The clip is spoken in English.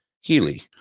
Healy